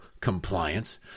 compliance